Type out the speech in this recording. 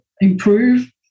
improve